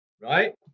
right